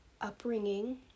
upbringing